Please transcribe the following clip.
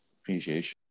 appreciation